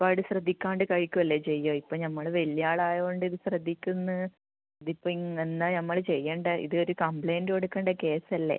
അപ്പാട് ശ്രദ്ധിക്കാണ്ട് കഴിക്കുക അല്ലെ ചെയ്യുക ഇപ്പം നമ്മൾ വലിയ ആളായത് കൊണ്ട് ഇത് ശ്രദ്ധിക്കുന്നു ഇതിപ്പോൾ ഇങ്ങ് എന്താണ് നമ്മൽ ചെയ്യേണ്ടത് ഇത് ഒരു കംപ്ലയിൻറ്റ് കൊടുക്കേണ്ട കേസ് അല്ലെ